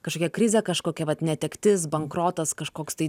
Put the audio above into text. kažkokia krizė kažkokia vat netektis bankrotas kažkoks tai